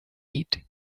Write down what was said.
heed